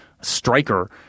striker